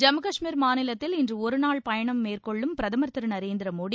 ஜம்மு கஷ்மீர் மாநிலத்தில் இன்று ஒருநாள் பயணம் மேற்கொள்ளும் பிரதமர் திரு நரேந்திர மோடி